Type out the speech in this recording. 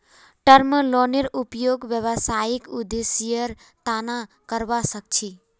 term लोनेर उपयोग व्यावसायिक उद्देश्येर तना करावा सख छी